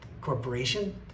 corporation